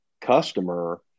customer